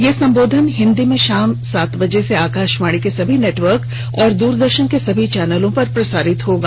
यह संबोधन हिन्दी में शाम सात बजे से आकाशवाणी के सभी नेटवर्क और द्रदर्शन के सभी चैनलों पर प्रसारित किया जायेगा